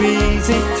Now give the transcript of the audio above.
easy